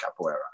capoeira